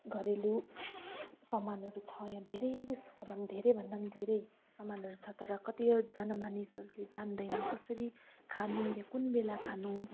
घरेलु सामानहरू छ यहाँ धेरै जस्तो सामान धेरै भन्दा पनि धेरै सामानहरू छ तर कतिजना मानिसहरूले जान्दैन कसरी खानु वा कुन बेला खानु